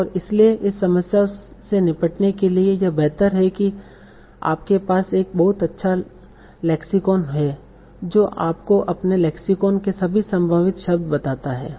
और इसलिए इस समस्या से निपटने के लिए यह बेहतर है कि आपके पास एक बहुत अच्छा लेक्सिकॉन है जो आपको अपने लेक्सिकॉन के सभी संभावित शब्द बताता है